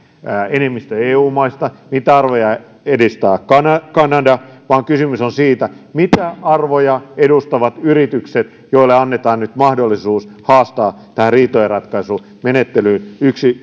enemmistö eu maista mitä arvoja edustaa kanada kanada vaan kysymys on siitä mitä arvoja edustavat yritykset joille annetaan nyt mahdollisuus haastaa tähän riitojenratkaisumenettelyyn